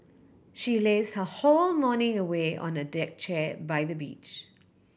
she lazed her whole morning away on a deck chair by the beach